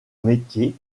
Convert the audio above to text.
métier